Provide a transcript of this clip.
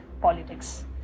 politics